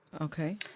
Okay